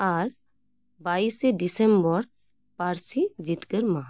ᱟᱨ ᱵᱟᱭᱤᱥᱮ ᱰᱤᱥᱮᱢᱵᱚᱨ ᱯᱟᱹᱨᱥᱤ ᱡᱤᱛᱠᱟᱹᱨ ᱢᱟᱦᱟ